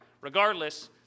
Regardless